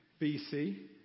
BC